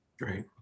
Great